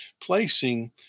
placing